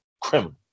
criminal